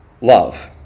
love